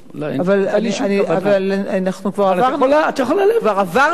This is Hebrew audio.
אבל אנחנו כבר עברנו את זה.